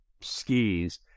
skis